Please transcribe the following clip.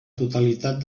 totalitat